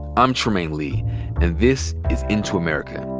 i'm trymaine lee, and this is into america.